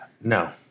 No